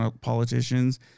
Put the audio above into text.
politicians